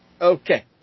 Okay